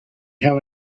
have